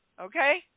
Okay